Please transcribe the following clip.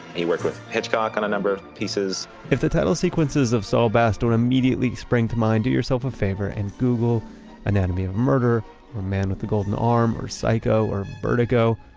he worked with hitchcock on a number of pieces if the title sequences of saul bass don't immediately spring to mind, do yourself a favor and google anatomy of a murder or man with the golden arm or psycho or vertigo.